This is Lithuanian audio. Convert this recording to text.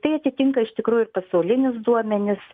tai atitinka iš tikrųjų ir pasaulinius duomenis